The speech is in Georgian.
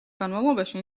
განმავლობაში